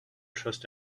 trust